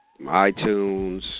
iTunes